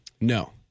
No